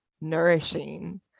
nourishing